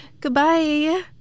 Goodbye